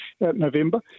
November